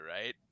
right